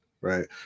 right